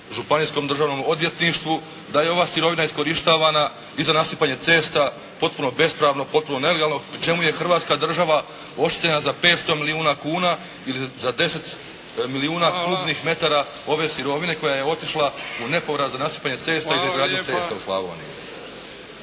Županijskom državnom odvjetništvu da je ova sirovina iskorištavana i za nasipanje cesta potpuno bespravno, potpuno nelegalno pri čemu je Hrvatska država oštećena za 500 milijuna kuna ili za 10 milijuna kubnih metara ove sirovine koja je otišla u nepovrat za nasipanje cesta i državnih cesta u Slavoniji.